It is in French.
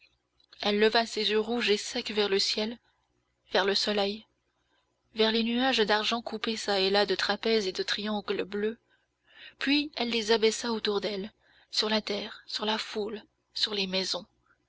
elle leva ses yeux rouges et secs vers le ciel vers le soleil vers les nuages d'argent coupés çà et là de trapèzes et de triangles bleus puis elle les abaissa autour d'elle sur la terre sur la foule sur les maisons